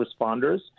responders